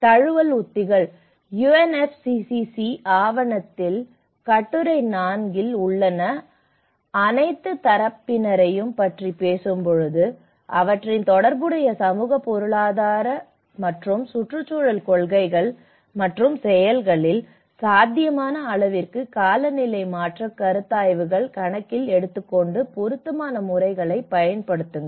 தழுவல் உத்திகள் UNFCCC ஆவணத்தில் கட்டுரை 4 இல் உள்ள அனைத்து தரப்பினரையும் பற்றி பேசும்போது அவற்றின் தொடர்புடைய சமூக பொருளாதார மற்றும் சுற்றுச்சூழல் கொள்கைகள் மற்றும் செயல்களில் சாத்தியமான அளவிற்கு காலநிலை மாற்றக் கருத்தாய்வுகளை கணக்கில் எடுத்துக்கொண்டு பொருத்தமான முறைகளைப் பயன்படுத்துங்கள்